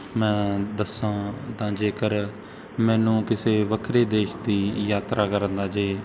ਮੈਂ ਦੱਸਾਂ ਤਾਂ ਜੇਕਰ ਮੈਨੂੰ ਕਿਸੇ ਵੱਖਰੇ ਦੇਸ਼ ਦੀ ਯਾਤਰਾ ਕਰਨ ਦਾ ਜੇ